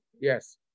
Yes